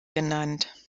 genannt